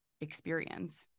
experience